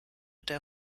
der